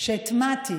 שהטמעתי